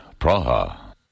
Praha